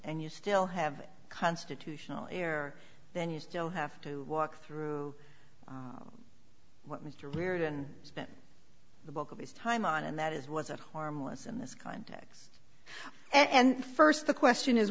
and you still have constitutional air then you still have to walk through what mr reardon spent the bulk of his time on and that is was it harmless in this context and first the question is